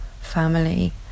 family